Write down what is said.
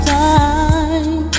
time